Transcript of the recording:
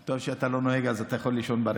טוב שאתה לא נוהג, אז אתה יכול לישון ברכב.